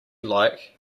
like